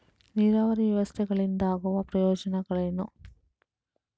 ನೀರಾವರಿ ವ್ಯವಸ್ಥೆಗಳಿಂದ ಆಗುವ ಪ್ರಯೋಜನಗಳೇನು?